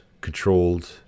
controlled